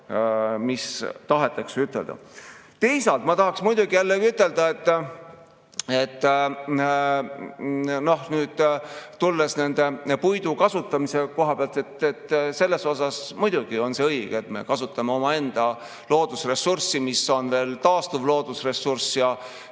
tahetakse ütelda. Teisalt ma tahan muidugi jällegi ütelda, puidu kasutamise koha pealt, et selles mõttes muidugi on õige, et me kasutame omaenda loodusressurssi, mis on veel taastuv loodusressurss, ja